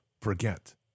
forget